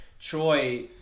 Troy